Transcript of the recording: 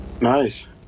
Nice